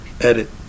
edit